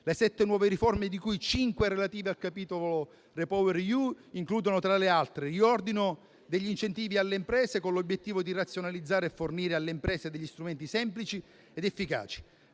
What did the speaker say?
Le sette nuove riforme, cinque delle quali relative al capitolo REPowerEU, includono, tra le altre, il riordino degli incentivi alle imprese, con l'obiettivo di razionalizzare e fornire alle imprese strumenti semplici ed efficaci,